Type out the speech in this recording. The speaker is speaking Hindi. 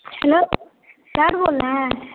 हेलो सर बोल रहें हैं